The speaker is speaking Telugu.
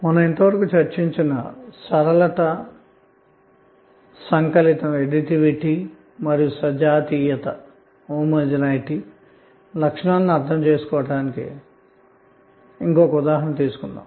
మనము ఇంతవరకు చర్చించిన సరళత సంకలితం మరియు సజాతీయత లక్షణాలను అర్థం చేసుకోవటానికి ఒక ఉదాహరణ తీసుకుందాం